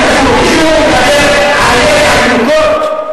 מישהו תומך בירי על תינוקת בת שנה?